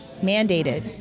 mandated